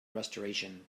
restoration